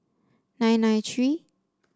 nine nine three